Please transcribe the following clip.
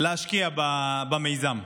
להשקיע במיזם.